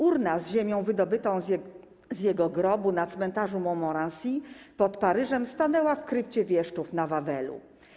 Urna z ziemią wydobytą z jego grobu na cmentarzu Montmorency pod Paryżem stanęła w krypcie wieszczów na Wawelu.